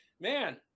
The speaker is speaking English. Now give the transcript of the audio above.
Man